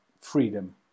freedom